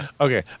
Okay